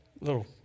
little